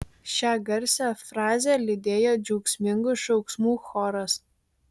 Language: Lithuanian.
šią garsią frazę lydėjo džiaugsmingų šauksmų choras